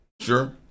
Sure